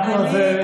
אנחנו על זה,